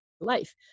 life